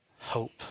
hope